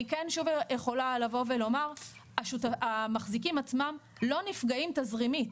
אני כן יכולה שוב לבוא ולומר שהמחזיקים עצמם לא נפגעים תזרימית,